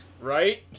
Right